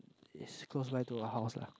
is close by to a house lah